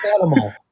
animal